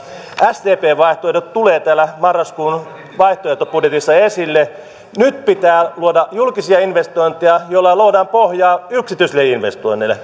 sdpn vaihtoehdot tulevat täällä marraskuun vaihtoehtobudjetissa esille nyt pitää luoda julkisia investointeja joilla luodaan pohjaa yksityisille investoinneille